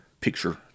picture